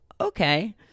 Okay